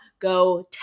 go